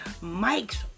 Mike's